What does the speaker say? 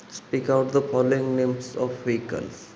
speak out the following names of vehicles